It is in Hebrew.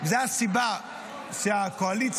זו הסיבה שהקואליציה,